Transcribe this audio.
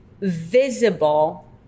visible